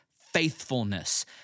faithfulness